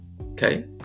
Okay